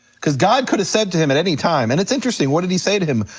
cause god could've said to him at any time, and it's interesting what did he say to him,